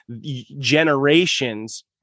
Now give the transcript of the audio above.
generations